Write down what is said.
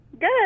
Good